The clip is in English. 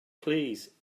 please